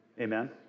Amen